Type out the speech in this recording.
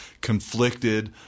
conflicted